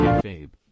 Babe